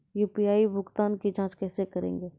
UPI भुगतान की जाँच कैसे करेंगे?